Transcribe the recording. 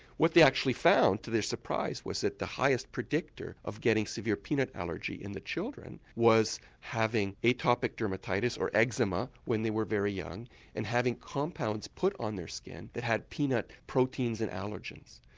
what they actually found to their surprise was that the highest predictor of getting severe peanut allergy in the children was having atopic dermatitis or eczema when they were very young and having compounds put on their skin that had peanut proteins and allergens.